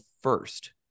first